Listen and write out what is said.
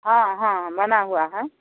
हाँ हाँ बना हुआ है